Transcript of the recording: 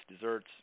desserts